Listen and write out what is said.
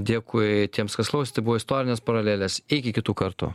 dėkui tiems kas klausė tai buvo istorinės paralelės iki kitų kartų